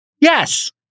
Yes